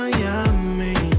Miami